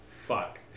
Fuck